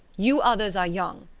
you others are young.